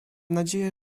nadzieję